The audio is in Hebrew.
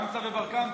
קמצא ובר-קמצא.